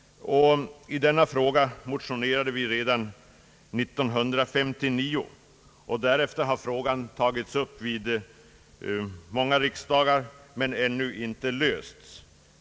I denna fråga motionerade vi redan 1959. Därefter har frågan tagits upp vid många riksdagar men ännu inte lösts.